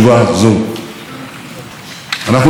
בתבונה ובשיקול דעת.